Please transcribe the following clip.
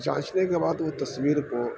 جانچنے کے بعد وہ تصویر کو